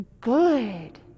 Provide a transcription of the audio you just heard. good